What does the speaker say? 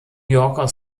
yorker